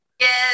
yes